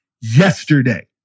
yesterday